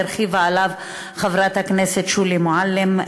והרחיבה עליו חברת הכנסת שולי מועלם,